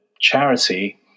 charity